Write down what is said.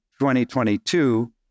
2022